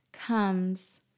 comes